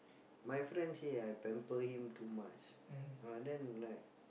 my friend say I pamper him too much but then like